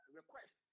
request